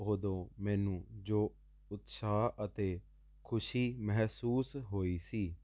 ਉਦੋਂ ਮੈਨੂੰ ਜੋ ਉਤਸਾਹ ਅਤੇ ਖੁਸ਼ੀ ਮਹਿਸੂਸ ਹੋਈ ਸੀ